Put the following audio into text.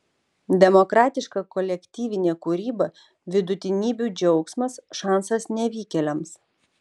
demokratiška kolektyvinė kūryba vidutinybių džiaugsmas šansas nevykėliams